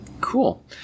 Cool